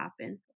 happen